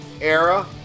era